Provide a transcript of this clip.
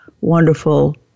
wonderful